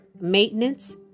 maintenance